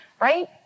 right